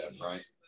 right